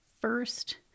first